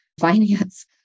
finance